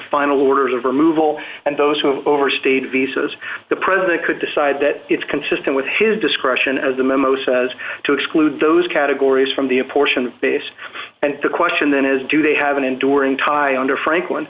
final orders of removal and those who have overstayed visas the president could decide that it's consistent with his discretion as the memo says to exclude those categories from the apportion base and the question then is do they have an enduring tie under franklin